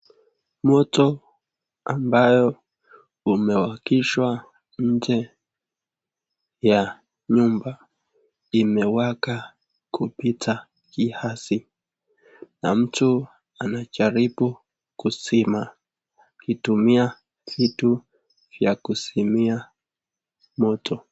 Moto ambao umewakishwa nje ya nyumba imewaka kupita kiasi na mtu anajaribu kuzima akitumia kitu ya kuzimia moto.